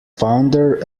founder